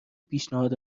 پیشنهاد